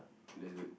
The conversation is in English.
that's good